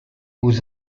aux